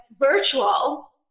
virtual